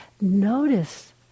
Notice